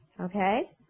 okay